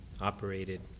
operated